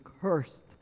cursed